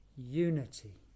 Unity